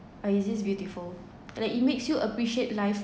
oh it is this beautiful like it makes you appreciate life